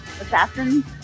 assassins